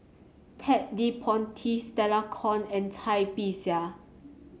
Ted De Ponti Stella Kon and Cai Bixia